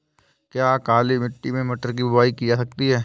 क्या काली मिट्टी में मटर की बुआई की जा सकती है?